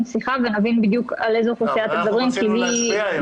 אבל רצינו להצביע היום.